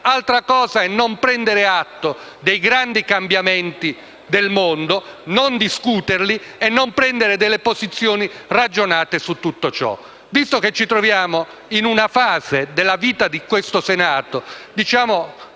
altra cosa è non prendere atto dei grandi cambiamenti del mondo, non discuterli e non assumere posizioni ragionate su tutto ciò. Visto che ci troviamo in una fase della vita di questo Senato, per